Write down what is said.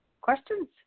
questions